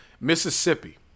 Mississippi